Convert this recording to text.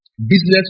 Business